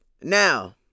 Now